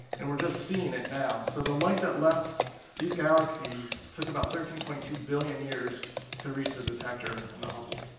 and we're just seeing it now. so the light that left these galaxies took about thirteen point two billion years to reach the detector in the hubble.